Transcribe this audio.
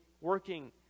working